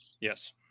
Yes